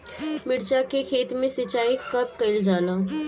मिर्चा के खेत में सिचाई कब कइल जाला?